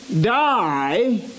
die